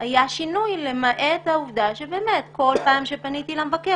היה שינוי למעט העובדה שבאמת כל פעם שפניתי למבקר,